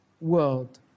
world